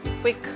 quick